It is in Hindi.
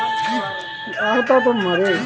मैं अपने बकाया बिजली बिल को कैसे भर सकता हूँ?